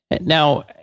Now